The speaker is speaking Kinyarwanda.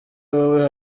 wowe